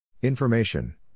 Information